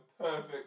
perfect